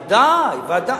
ודאי, ודאי.